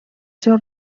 seu